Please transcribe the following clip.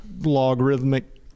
logarithmic